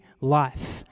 life